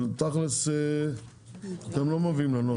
אבל תכלס אתם לא מביאים לנו הצעות.